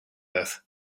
earth